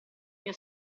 mio